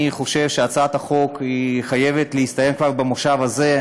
אני חושב שהצעת החוק חייבת להסתיים כבר במושב הזה.